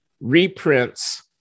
reprints